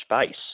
space